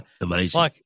amazing